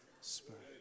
Spirit